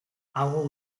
aho